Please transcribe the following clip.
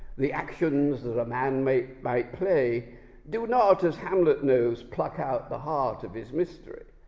the actions that a man might might play do not, as hamlet knows, pluck out the heart of his mystery.